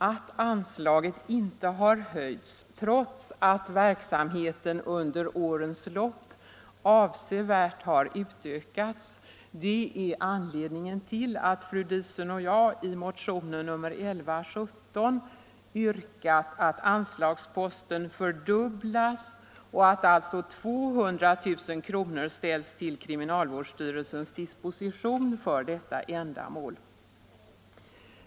Att anslaget inte har höjts trots att verksamheten under årens lopp avsevärt har utökats är anledningen till att fru Diesen och jag i motionen 1117 yrkat att anslagsposten skall fördubblas och att alltså 200 000 kr. skall ställas till kriminalvårdsstyrelsens disposition för detta ändamål.